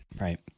Right